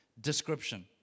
description